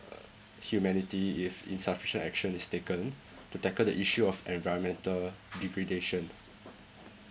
uh humanity if insufficient action is taken to tackle the issue of environmental degradation